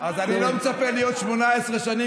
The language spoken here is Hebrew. אז אני לא מצפה להיות 18 שנים,